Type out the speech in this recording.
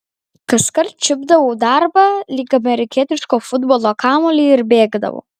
kaskart čiupdavau darbą lyg amerikietiško futbolo kamuolį ir bėgdavau